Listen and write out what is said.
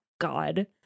God